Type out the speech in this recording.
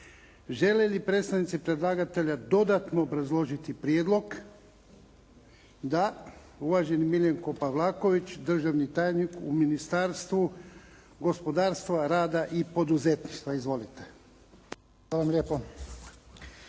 Žele li predstavnici predlagatelja dodatno obrazložiti prijedlog? Da. Uvaženi Miljenko Pavlaković, državni tajnik u Ministarstvu gospodarstva, rada i poduzetništva. Izvolite. **Pavlaković,